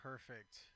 perfect